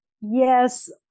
Yes